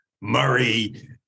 Murray